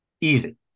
Easy